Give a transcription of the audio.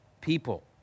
people